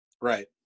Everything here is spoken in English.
Right